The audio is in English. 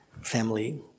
family